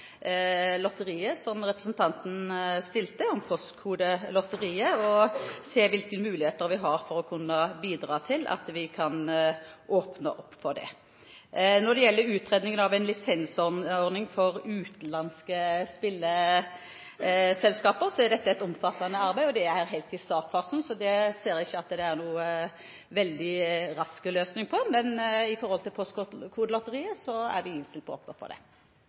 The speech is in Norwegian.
lotteriet som representanten nevnte, Postkodelotteriet, og se på hvilke muligheter vi har for å kunne bidra til å åpne opp for det. Når det gjelder utredningen av en lisensordning for utenlandske spillselskaper, er det et omfattende arbeid. Det er helt i startfasen. Jeg ser ikke at det kan komme en veldig rask løsning på det. Men når det gjelder Postkodelotteriet, er vi innstilt på å åpne opp for det.